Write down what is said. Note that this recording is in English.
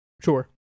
Sure